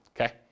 okay